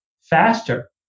faster